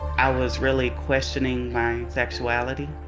i was really questioning my sexuality.